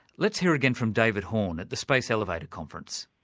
let's hear again from david horn at the space elevator conference.